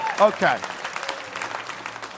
Okay